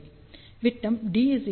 விட்டம் d λ Cλ 3